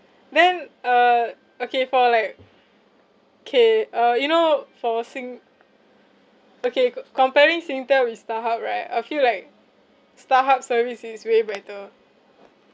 then uh okay for like okay uh you know for sing~ okay co~ comparing singtel with starhub right I feel like starhub service is way better